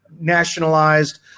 nationalized